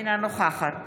אינה נוכחת